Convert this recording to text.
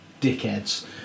dickheads